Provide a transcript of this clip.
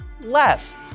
less